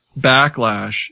backlash